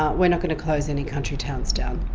ah we're not going to close any country towns down.